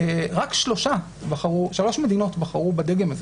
רק שלוש מדינות בחרו בדגם הזה.